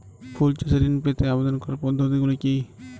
ফুল চাষে ঋণ পেতে আবেদন করার পদ্ধতিগুলি কী?